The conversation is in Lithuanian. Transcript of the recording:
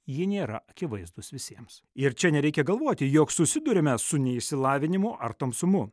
jie nėra akivaizdūs visiems ir čia nereikia galvoti jog susiduriame su neišsilavinimu ar tamsumu